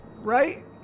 right